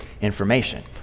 information